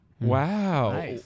Wow